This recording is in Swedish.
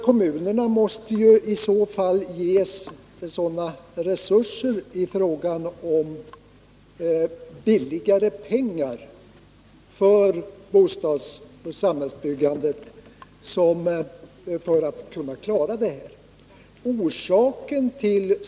Kommunerna måste ju i så fall ges resurser i form av billigare pengar för bostadsoch samhällsbyggande.